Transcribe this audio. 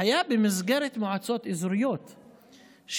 היה במסגרת מועצות אזוריות,